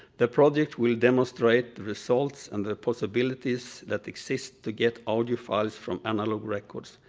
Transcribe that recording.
the project will demonstrate the results and the possibilities that exist to get audio files from analog records.